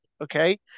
okay